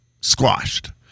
squashed